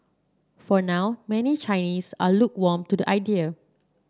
for now many Chinese are lukewarm to the idea